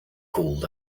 called